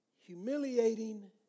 humiliating